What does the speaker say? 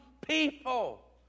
people